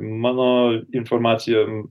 mano informacija